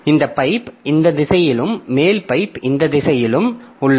இந்த பைப் இந்த திசையிலும் மேல் பைப் இந்த திசையிலும் உள்ளது